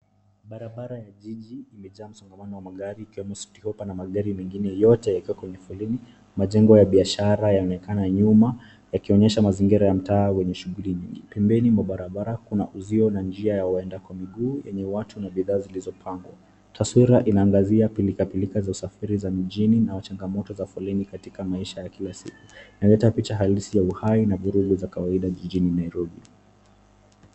Barabara ya jiji imejaa msongamano wa magari ikiwemo Citi Hoppa na magari mengine yote yakiwa kwenye foleni, majengo ya biashara yanaonekana nyuma yakionyesha mazingira ya mtaa wenye shughuli nyingi. Pembeni mwa barabara kuna uzio na njia ya waenda kwa miguu yenye watu na bidhaa zilozopangwa. Taswira inaangazia pilikapilika za usafari za mijini na changamoto za foleni katika maisha ya kila siku. Inaleta picha halisi ya uhai na vurugu za kawaida jijini Nairobi.